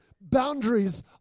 boundaries